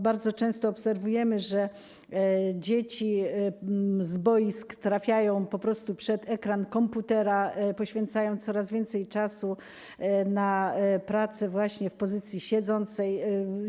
Bardzo często obserwujemy, że dzieci z boisk trafiają po prostu przed ekran komputera, poświęcają coraz więcej czasu na pracę w pozycji siedzącej.